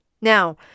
Now